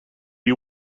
you